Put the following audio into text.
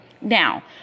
Now